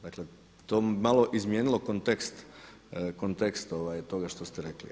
Dakle, to bi malo izmijenilo kontekst toga što ste rekli.